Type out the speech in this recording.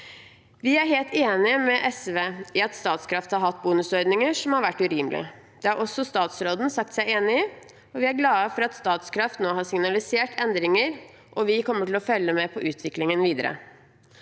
Vi er helt enig med SV i at Statkraft har hatt bonusordninger som har vært urimelige, og det har også statsråden sagt seg enig i. Vi er glad for at Statkraft nå har signalisert endringer, og vi kommer til å følge med på utviklingen videre.